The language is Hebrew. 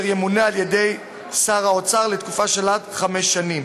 אשר ימונה על-ידי שר האוצר לתקופה של עד חמש שנים.